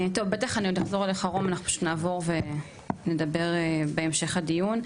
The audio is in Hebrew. רום אני בטח עוד אחזור אליך בהמשך הדיון,